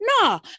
no